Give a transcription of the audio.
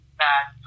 bad